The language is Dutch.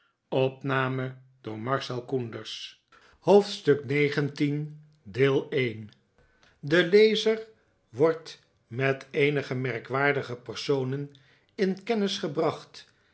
de lezer wordt met eenige merkwaardige personen in kennis gebracftt